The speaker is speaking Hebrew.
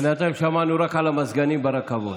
בינתיים שמענו רק על המזגנים ברכבות.